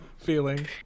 feeling